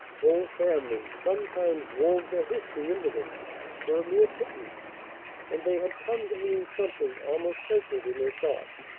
whole families, sometimes wove their history into them for a mere pittance and they had come to mean something almost sacred in her thoughts.